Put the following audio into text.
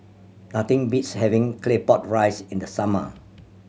nothing beats having Claypot Rice in the summer